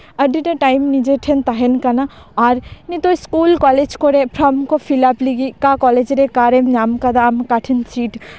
ᱟᱹᱰᱤᱴᱟ time ᱱᱤᱡᱮ ᱴᱷᱮᱱ ᱛᱟᱸᱦᱮᱱ ᱠᱟᱱᱟ ᱟᱨ ᱱᱤᱛᱚᱜ ᱤᱥᱠᱩᱞ ᱠᱚᱞᱮᱡ ᱠᱚᱨᱮ ᱯᱷᱨᱚᱢ ᱠᱚ ᱯᱷᱤᱞᱟᱯ ᱞᱟᱹᱜᱤᱫ ᱠᱚᱞᱮᱡ ᱨᱮ ᱚᱠᱟᱨᱮᱢ ᱧᱟᱢ ᱟᱠᱟᱫᱟ ᱟᱢ ᱚᱠᱟᱴᱷᱮᱱ ᱥᱤᱴ ᱧᱩᱨᱦᱩ